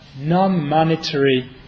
non-monetary